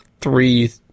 three